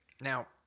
Now